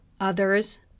others